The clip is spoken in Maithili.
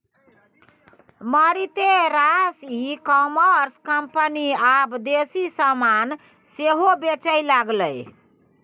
मारिते रास ई कॉमर्स कंपनी आब देसी समान सेहो बेचय लागलै